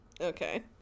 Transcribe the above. Okay